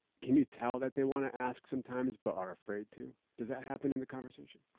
can you tell that they want to ask sometimes, but are afraid to? does that happen in the conversation?